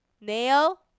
Nail